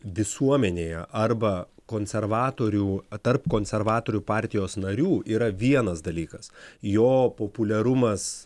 visuomenėje arba konservatorių tarp konservatorių partijos narių yra vienas dalykas jo populiarumas